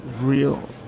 Real